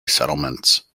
settlements